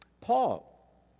Paul